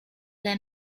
their